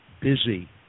busy